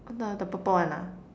oh no I'm the the purple one ah